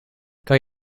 kan